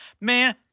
man